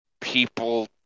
people